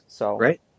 right